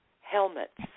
helmets